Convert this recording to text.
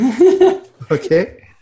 Okay